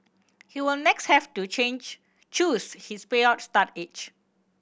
he would next have to change choose his payout start age